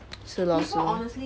是 lor 是